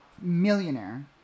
Millionaire